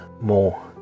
more